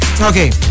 Okay